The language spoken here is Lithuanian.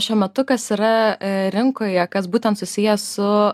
šiuo metu kas yra rinkoje kas būtent susiję su